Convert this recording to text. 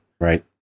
right